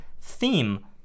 theme